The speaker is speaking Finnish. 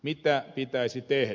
mitä pitäisi tehdä